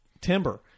timber